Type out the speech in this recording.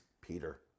Peter